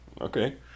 Okay